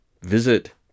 visit